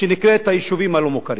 שנקראת היישובים הלא-מוכרים.